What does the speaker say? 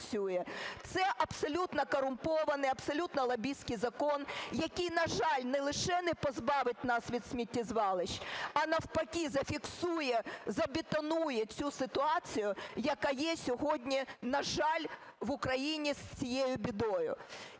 Це абсолютно корумпований, абсолютно лобістський закон, який, на жаль, не лише не позбавить нас від сміттєзвалищ, а навпаки зафіксує, забетонує цю ситуацію, яка є сьогодні, на жаль, в Україні з цією бідою.